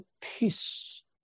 peace